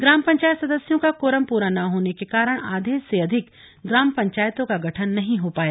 ग्राम पंचायत सदस्यों का कोरम पूरा न होने के कारण आधे से अधिक ग्राम पंचायतों का गठन नहीं हो पाया